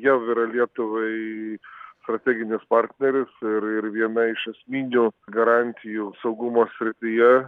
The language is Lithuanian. jav yra lietuvai strateginis partneris ir ir viena iš esminių garantijų saugumo srityje